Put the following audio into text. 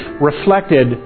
reflected